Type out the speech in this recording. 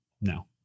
no